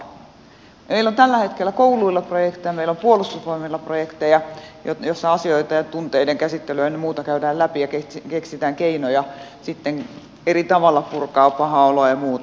meillä on tällä hetkellä kouluilla projekteja meillä on puolustusvoimilla projekteja joissa asioita ja tunteiden käsittelyä ynnä muuta käydään läpi ja keksitään keinoja sitten eri tavalla purkaa pahaa oloa ja muuta